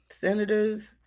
senators